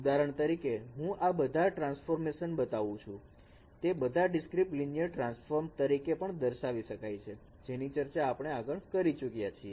ઉદાહરણ તરીકે હું આ બધા ટ્રાન્સફોર્મેશન બતાવું છું એ બધાને ડીસ્કીટ લિનિયર ટ્રાન્સફોર્મ તરીકે પણ દર્શાવી શકાય છે જેની ચર્ચા આપણે આગળ કરી ચૂક્યા છીએ